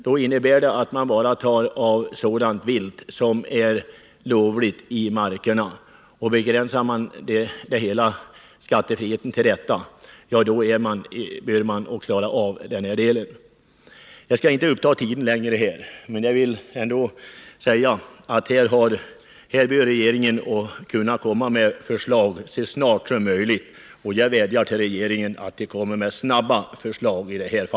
Det innebär att skattefriheten begränsas till sådana vilda produkter i markerna som alla har rättighet till. På det sättet bör man kunna klara denna avvägning. Jag skall inte uppta tiden längre men vill ändå säga att regeringen bör komma med ett förslag så snart som möjligt. Jag vädjar till regeringen att snabbt lägga fram ett förslag i denna fråga.